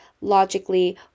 logically